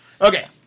Okay